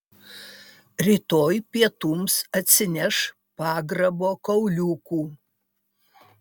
rytoj pietums atsineš pagrabo kauliukų